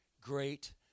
great